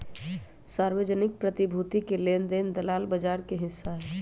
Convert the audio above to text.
सार्वजनिक प्रतिभूति के लेन देन दलाल बजार के हिस्सा हई